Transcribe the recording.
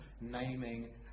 naming